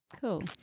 Cool